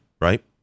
right